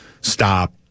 stop